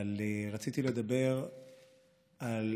אבל רציתי לדבר על,